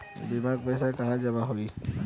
बीमा क पैसा कहाँ जमा होई?